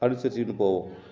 அனுசரிச்சுகிட்டு போவோம்